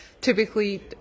typically